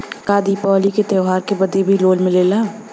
का दिवाली का त्योहारी बदे भी लोन मिलेला?